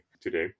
today